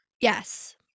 yes